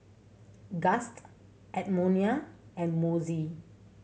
Gust Edmonia and Mossie